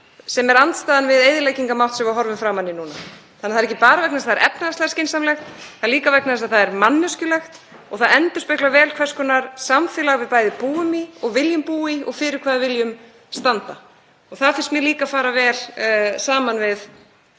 sem er andstaðan við eyðileggingarmáttinn sem við horfum framan í núna? Það er ekki bara vegna þess að það er efnahagslega skynsamlegt, það er líka vegna þess að það er manneskjulegt. Það endurspeglar vel hvers konar samfélagi við búum í og viljum búa í og fyrir hvað við viljum standa. Það finnst mér líka fara vel saman við